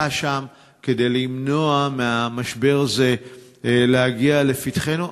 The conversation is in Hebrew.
שם כדי למנוע מהמשבר הזה להגיע לפתחנו.